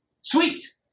Sweet